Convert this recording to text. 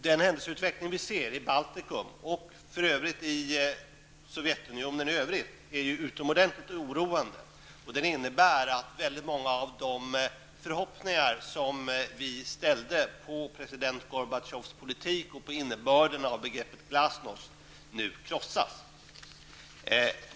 Den händelseutveckling vi ser i Baltikum och i Sovjetunionen i övrigt är ju utomordentligt oroande. Den innebär att många av de förhoppningar som vi ställde på president Gorbatjovs politik och på innebörden av begreppet glasnost nu krossas.